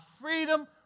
freedom